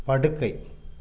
படுக்கை